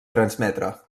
transmetre